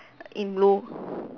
in blue